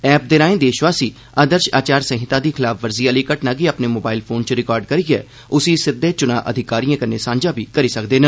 app दे राएं देषवासी आदर्ष आचार संहिता दी खलाफवर्जी आह्ली घटना गी अपने मोबाईल फोन पर रिकार्ड करियै उसी सिद्दे चुनां अधिकारिएं कन्नै सांझा करी सकदे न